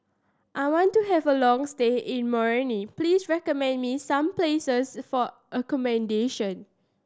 I want to have a long stay in Moroni please recommend me some places for accommodation